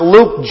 Luke